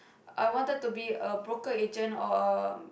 I wanted to be a broker agent or a